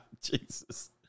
Jesus